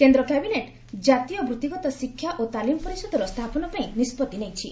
କେନ୍ଦ୍ର କ୍ୟାବିନେଟ ଜାତୀୟ ବୂତ୍ତିଗତ ଶିକ୍ଷା ଓ ତାଲିମ ପରିଷଦର ସ୍ଥାପନ ପାଇଁ ନିଷ୍କତ୍ତି ନେଇଛି